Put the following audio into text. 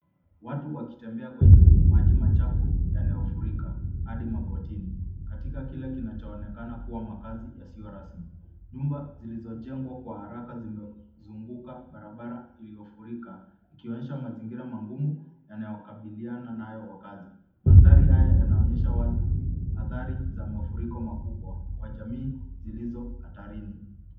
Watu wakitembea kwenye maji machafu yanayofurika hadi magotini. Katika kile kinachoonekana kuwa makazi ya sewer rasmi. Nyumba zilizojengwa kwa haraka zinazunguka barabara uliofurika ukionyesha mazingira magumu yanayokabiliana nayo wakazi. Mandhari hayo yanaonyesha wazi athari za mafuriko makubwa kwa jamii zilizo hatarini.